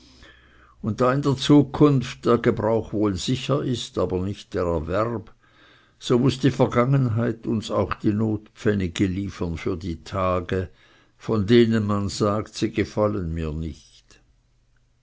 und da in der zukunft der gebrauch wohl sicher ist aber nicht der erwerb so muß die vergangenheit uns auch die notpfennige liefern für die tage von denen man sagt sie gefallen mir nicht